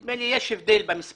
נדמה לי שיש הבדל במספרים.